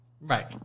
Right